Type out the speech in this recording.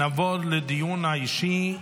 נעבור לדיון האישי.